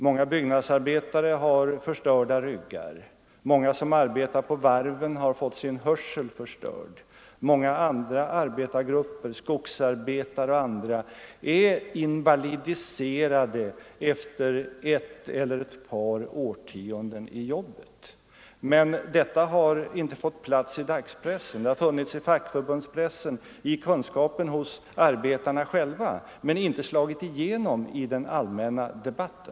Många byggnadsarbetare har förstörda ryggar, många som arbetar på varven har fått sin hörsel förstörd, många andra arbetargrupper, t.ex. skogsarbetare, är invalidiserade efter ett eller ett par årtionden i jobbet. Detta har inte fått någon plats i dagspressen. Det har stått i fackförbundspressen, och arbetarna själva har haft kunskap om förhållandena, men detta har inte slagit igenom i den allmänna debatten.